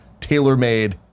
tailor-made